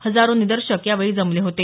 हजारो निदर्शक यावेळी जमले होते